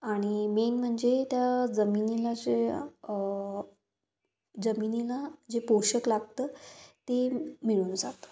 आणि मेन म्हणजे त्या जमिनीला जे जमिनीला जे पोषक लागतं ते मिळून जातं